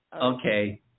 Okay